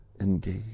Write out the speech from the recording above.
engage